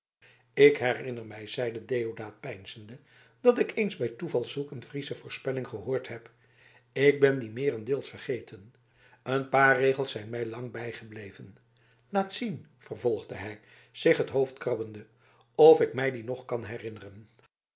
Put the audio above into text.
ik herinner mij zeide deodaat peinzende dat ik eens bij toeval zulk een friesche voorspelling gehoord heb ik ben die meerendeels vergeten een paar regels zijn mij lang bijgebleven laat zien vervolgde hij zich het hoofd krabbende of ik mij die nog kan herinneren